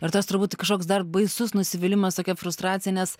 ir tas turbūt kažkoks dar baisus nusivylimas tokia frustracija nes